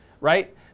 right